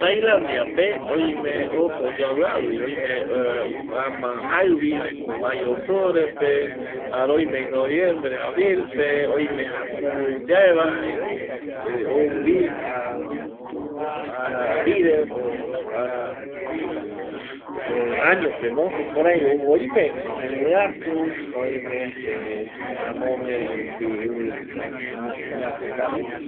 Tailandia pe opa oyuavi avi oime ama jaivi va novembre abril pe va jare oime vi jakuvoyeye va jaeko ara arire oime vi amogüe rupi ivi ñaki kavi